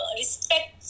respect